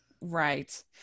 Right